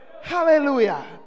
Hallelujah